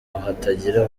hatagira